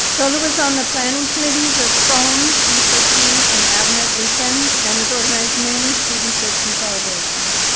tolu was on the planning committees of foam, sea for sea, and admit weekend, and has organized many student trips and celebrations.